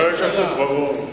חבר הכנסת בר-און,